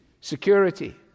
security